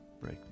Break